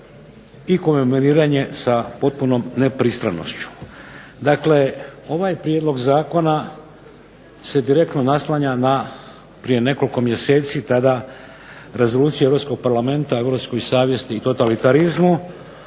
i komemoriranje sa potpunom nepristranošću. Dakle ovaj prijedlog zakona se direktno naslanja na, prije nekoliko mjeseci tada rezoluciju Europskog Parlamenta o europskoj savjesti i totalitarizmu,